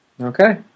Okay